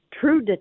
True